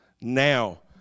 now